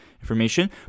information